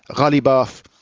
ah ghalibaf,